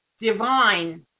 divine